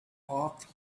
off